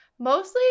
Mostly